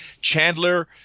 Chandler